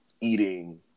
eating